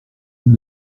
elle